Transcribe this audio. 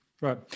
Right